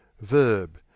verb